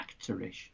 actorish